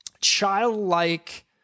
Childlike